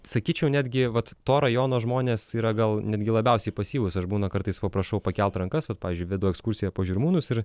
sakyčiau netgi vat to rajono žmonės yra gal netgi labiausiai pasyvūs aš būna kartais paprašau pakelt rankas vat pavyzdžiui vedu ekskursiją po žirmūnus ir